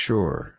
Sure